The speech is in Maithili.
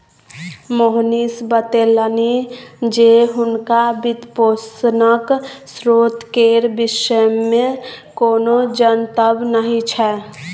मोहनीश बतेलनि जे हुनका वित्तपोषणक स्रोत केर विषयमे कोनो जनतब नहि छै